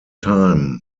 time